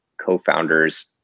co-founders